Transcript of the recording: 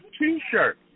T-shirt